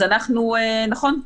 אז נכון,